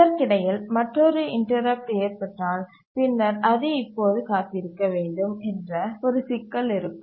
இதற்கிடையில் மற்றொரு இன்டரப்ட் ஏற்பட்டால் பின்னர் அது இப்போது காத்திருக்க வேண்டும் என்ற ஒரு சிக்கல் இருக்கும்